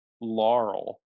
Laurel